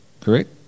correct